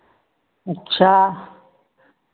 अच्छा